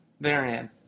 therein